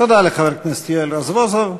תודה לחבר הכנסת יואל רזבוזוב.